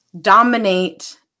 dominate